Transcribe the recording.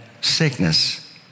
sickness